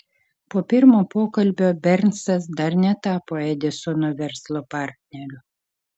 po pirmo pokalbio bernsas dar netapo edisono verslo partneriu